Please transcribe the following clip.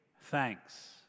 thanks